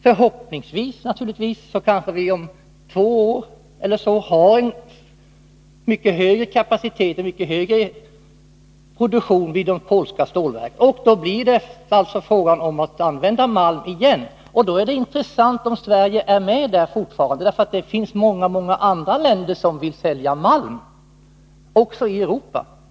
Förhoppningsvis kanske man om två år eller så har en mycket högre kapacitet och större produktion vid de polska stålverken. Då blir det alltså fråga om att använda malm igen. Och då är det intressant om Sverige finns med i det sammanhanget fortfarande. Det finns nämligen många andra länder som vill sälja malm — också i Europa.